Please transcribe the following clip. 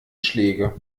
schläge